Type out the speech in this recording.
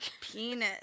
penis